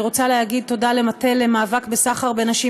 אני רוצה להגיד תודה למטה המאבק בסחר בנשים